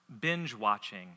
binge-watching